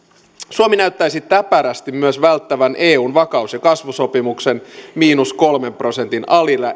suomi näyttäisi täpärästi myös välttävän eun vakaus ja kasvusopimuksen miinus kolmen prosentin